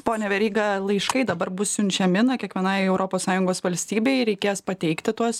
pone veryga laiškai dabar bus siunčiami na kiekvienai europos sąjungos valstybei reikės pateikti tuos